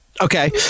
Okay